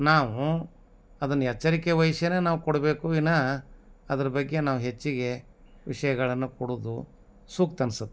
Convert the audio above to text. ನಾವು ಅದನ್ನು ಎಚ್ಚರಿಕೆ ವಯ್ಸಿಯೇ ನಾವು ಕೊಡಬೇಕು ವಿನಹ ಅದ್ರ ಬಗ್ಗೆ ನಾವು ಹೆಚ್ಚಿಗೆ ವಿಷಯಗಳನ್ನು ಕೊಡುವುದು ಸೂಕ್ತ ಅನ್ಸುತ್ತೆ